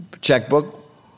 checkbook